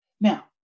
Now